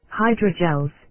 hydrogels